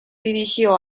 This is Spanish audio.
dirigió